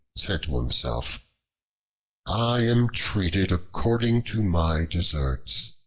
said to himself i am treated according to my deserts.